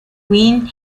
quinn